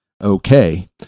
okay